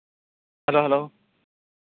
hello hello